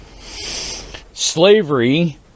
Slavery